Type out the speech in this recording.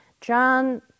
John